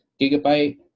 Gigabyte